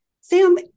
Sam